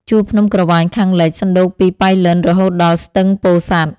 ជួរភ្នំក្រវាញខាងលិច សណ្ដូកពីប៉ៃលិនរហូតដល់ស្ទឹងពោធិសាត់ ។